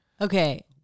Okay